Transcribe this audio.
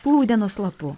plūdenos lapu